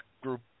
group